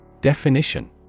Definition